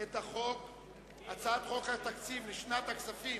את הצעת חוק התקציב לשנות הכספים